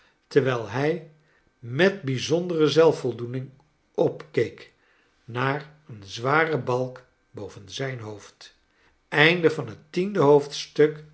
terwijl hij met bijzondere zelfvoldoening opkeek naar cen zware baik boven zijn hoofd